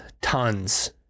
tons